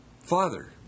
father